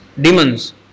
demons